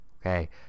okay